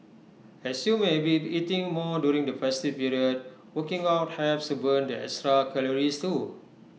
as you may be eating more during the festive period working out helps to burn the extra calories too